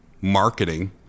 marketing